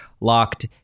locked